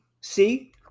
See